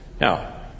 Now